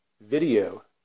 video